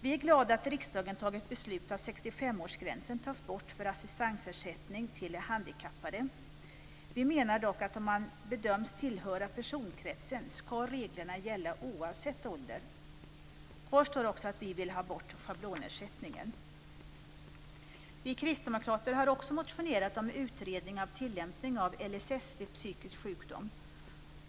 Vi är glada att riksdagen tagit beslut om att 65 årsgränsen tas bort för assistansersättning till de handikappade. Vi menar dock att reglerna ska gälla oavsett ålder om man bedöms tillhöra personkretsen. Kvar står också att vi vill ha bort schablonersättningen. Vi kristdemokrater har också motionerat om utredning av tillämpning av LSS vid psykisk sjukdom.